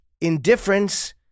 indifference